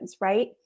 right